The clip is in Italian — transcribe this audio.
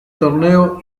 torneo